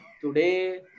today